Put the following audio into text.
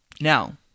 Now